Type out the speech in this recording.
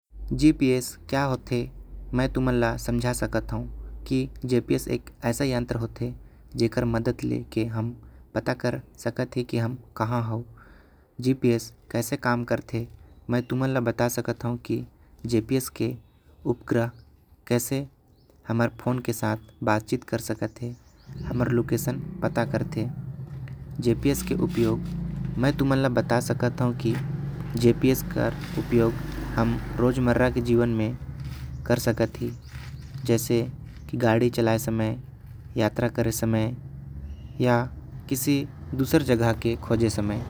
जीपीएस क होते मै तुमान ल समझा सकत हो। जीपीएस एक ऐसा यंत्र होते जेकर मदद लेकर पता कर सकत हे। के हम कहा हो जीपीएस कैसे कम करते मै तुमान ल बता सकत हू। की जीपीएस उपकारा हमर फोन के साथ बात चित कर सकत हे। हमन लुकेशन पता करते जीपीएस के उपयोग मै तुमान ल बता सकत। हो कि जीपीएस के उपयोग रोज मर्रा के जीवन में कर सकत ही गाड़ी चलाए। समय यात्रा करत समय या किसी दुसर जगह के खोजे समय।